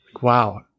Wow